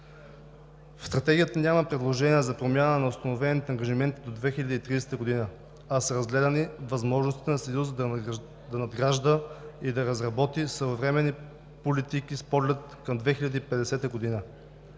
В Стратегията няма предложения за промяна на установените ангажименти до 2030 г., а са разгледани възможностите на Съюза да надгражда и да разработи своевременни политики с поглед към 2050 г.